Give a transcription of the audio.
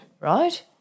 Right